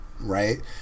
right